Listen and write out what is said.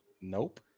Nope